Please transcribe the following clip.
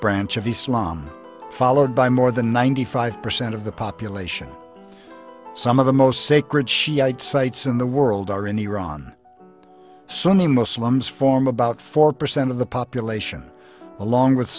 branch of islam followed by more than ninety five percent of the population some of the most sacred shiite sites in the world are in iran sunny muslims form about four percent of the population along with